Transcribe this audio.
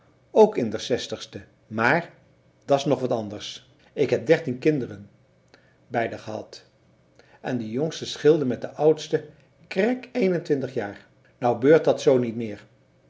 ook in der zestigste maar da's nog wat anders ik heb dertien kinderen bij er gehad en de jongste scheelde met de oudste krek eenentwintig jaar nou beurt dat zoo niet meer